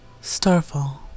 Starfall